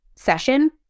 session